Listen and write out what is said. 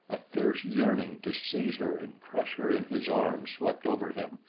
a fierce yearning to seize her and crush her in his arms, swept over him,